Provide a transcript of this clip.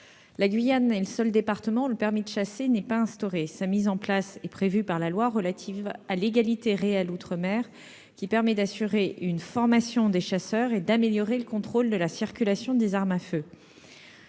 La Guyane est en effet le seul département où le permis de chasser n'est pas instauré. La mise en place de ce dernier, prévue par la loi relative à l'égalité réelle outre-mer, permet d'assurer une formation des chasseurs et d'améliorer le contrôle de la circulation des armes à feu.